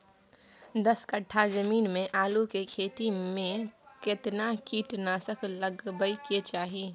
दस कट्ठा जमीन में आलू के खेती म केतना कीट नासक लगबै के चाही?